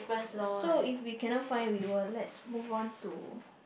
so if we cannot find we will let's move on to